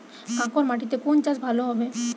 কাঁকর মাটিতে কোন চাষ ভালো হবে?